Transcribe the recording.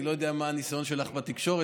אני לא יודע מה הניסיון שלך בתקשורת,